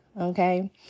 okay